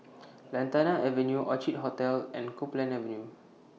Lantana Avenue Orchid Hotel and Copeland Avenue